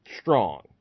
strong